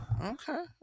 Okay